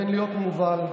זוג הנוכלים בנט ושקד.